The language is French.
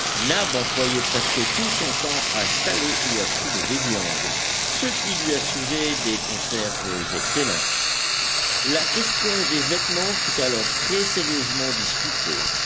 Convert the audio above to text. nab employait presque tout son temps à saler ou à fumer des viandes ce qui lui assurait des conserves excellentes la question des vêtements fut alors très sérieusement discutée